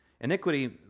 Iniquity